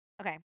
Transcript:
Okay